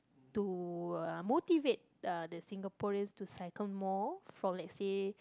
to uh motivate uh the Singaporeans to cycle more for let's say